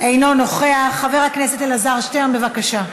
אינו נוכח, חבר הכנסת אלעזר שטרן, בבקשה.